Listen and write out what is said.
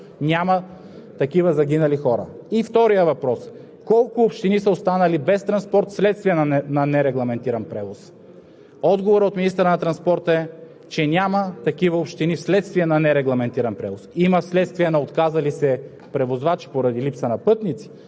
Отговорът беше: „В Министерството на вътрешните работи няма информация за загинали вследствие на нерегламентиран превоз.“ Тоест според министъра и Министерството няма такива загинали хора. Вторият въпрос: колко общини са останали без транспорт вследствие на нерегламентиран превоз?